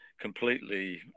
completely